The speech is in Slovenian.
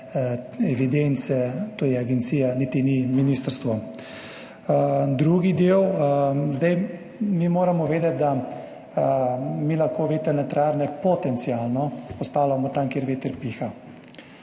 evidence, to je agencija, niti ni ministrstvo. Drugi del. Mi moramo vedeti, da lahko vetrne elektrarne potencialno postavljamo tam, kjer veter piha.